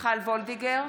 מיכל וולדיגר,